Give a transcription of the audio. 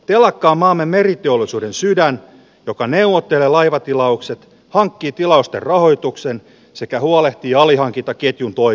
telakka maamme meriteollisuuden sydän joka neuvottelee laivatilaukset pankkitilausten rahoituksen sekä huolehtii alihankintaketjun voi